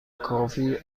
کافی